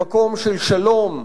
למקום של שלום,